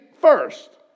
first